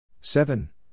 Seven